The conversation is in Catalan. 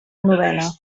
novena